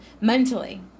mentally